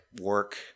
work